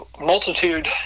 multitude